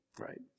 right